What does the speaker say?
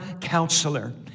counselor